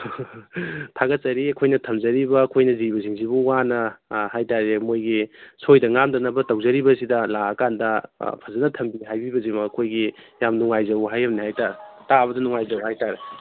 ꯊꯥꯒꯠꯆꯔꯤ ꯑꯩꯈꯣꯏꯅ ꯊꯝꯖꯔꯤꯕ ꯑꯩꯈꯣꯏꯅ ꯖꯤꯕꯁꯤꯡꯁꯤꯕꯨ ꯋꯥꯅ ꯍꯥꯏꯇꯔꯦ ꯃꯣꯏꯒꯤ ꯁꯣꯏꯗ ꯉꯥꯝꯗꯅꯕ ꯇꯧꯖꯔꯤꯕꯁꯤꯗ ꯂꯥꯛꯑ ꯀꯥꯟꯗ ꯐꯖꯅ ꯊꯝꯕꯤ ꯍꯥꯏꯕꯤꯕꯁꯤꯃꯛ ꯑꯩꯈꯣꯏꯒꯤ ꯌꯥꯝ ꯅꯨꯡꯉꯥꯏꯖꯕ ꯋꯥꯍꯩ ꯑꯃꯅꯤ ꯍꯥꯏꯇꯔꯦ ꯇꯥꯕꯗ ꯅꯨꯡꯉꯥꯏꯖꯕ ꯍꯥꯏꯇꯔꯦ